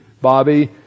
Bobby